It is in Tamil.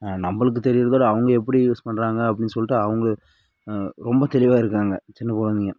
நம்மளுக்கு தெரியிறதோட அவங்க எப்படி யூஸ் பண்ணுறாங்க அப்படின் சொல்லிட்டு அவங்க ரொம்ப தெளிவாக இருக்காங்கள் சின்ன குழந்தைங்க